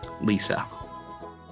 Lisa